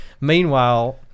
Meanwhile